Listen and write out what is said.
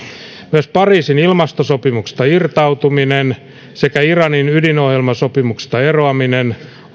myös pariisin ilmastosopimuksesta irtautuminen sekä iranin ydinohjelmasopimuksesta eroaminen